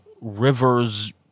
river's